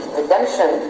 Redemption